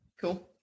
Cool